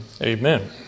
Amen